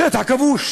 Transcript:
זה שטח כבוש,